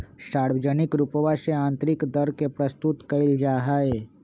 सार्वजनिक रूपवा से आन्तरिक दर के प्रस्तुत कइल जाहई